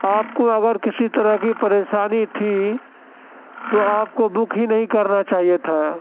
آپ کو اگر کسی طرح کی پریشانی تھی تو آپ کو بک ہی نہیں کرنا چاہیے تھا